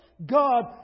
God